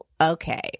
okay